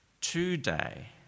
today